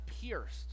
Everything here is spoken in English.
pierced